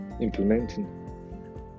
implementing